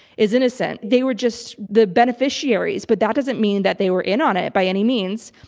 is innocent. they were just the beneficiaries, but that doesn't mean that they were in on it by any means.